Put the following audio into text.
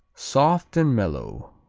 soft and mellow,